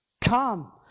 Come